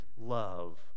love